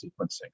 sequencing